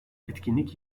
etkinlik